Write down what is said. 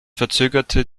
verzögerte